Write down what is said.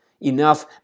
Enough